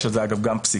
יש על זה אגב גם פסיקה,